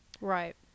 Right